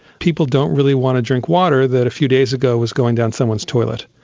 people don't really want to drink water that a few days ago was going down someone's toilet,